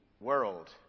world